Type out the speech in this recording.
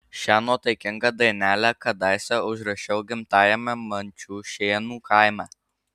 šią nuotaikingą dainelę kadaise užrašiau gimtajame mančiušėnų kaime